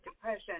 depression